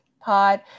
pod